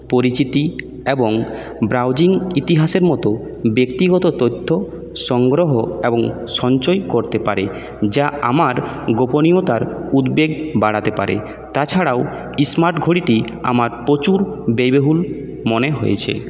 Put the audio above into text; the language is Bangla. পরিচিতি এবং ব্রাউজিং ইতিহাসের মত ব্যক্তিগত তথ্য সংগ্রহ এবং সঞ্চয় করতে পারে যা আমার গোপনীয়তার উদ্বেগ বাড়াতে পারে তাছাড়াও স্মার্ট ঘড়িটি আমার প্রচুর ব্যয়বহুল মনে হয়েছে